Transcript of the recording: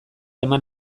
eman